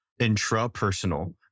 intrapersonal